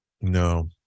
No